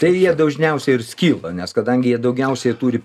tai jie dažniausiai ir skyla nes kadangi jie daugiausiai turi